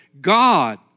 God